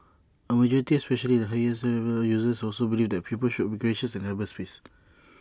A majority especially the heaviest users also believed that people should be gracious in cyberspace